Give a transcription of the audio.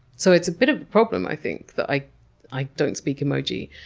so it's a bit of a problem, i think, that i i don't speak emoji.